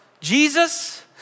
Jesus